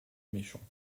méchants